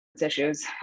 issues